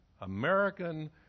American